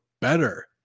better